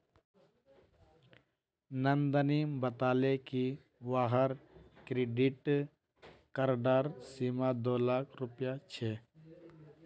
नंदनी बताले कि वहार क्रेडिट कार्डेर सीमा दो लाख रुपए छे